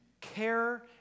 care